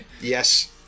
Yes